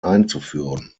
einzuführen